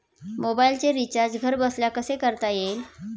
मोबाइलचे रिचार्ज घरबसल्या कसे करता येईल?